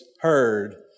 heard